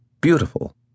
Beautiful